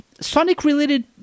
Sonic-related